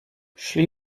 szli